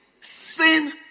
sin